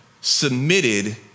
submitted